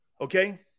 Okay